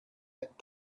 that